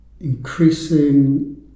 increasing